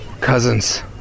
Cousins